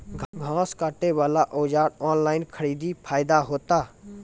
घास काटे बला औजार ऑनलाइन खरीदी फायदा होता?